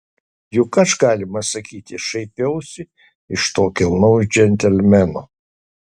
juk aš galima sakyti šaipiausi iš to kilnaus džentelmeno